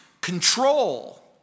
control